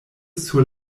sur